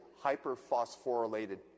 hyperphosphorylated